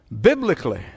biblically